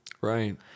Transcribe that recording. Right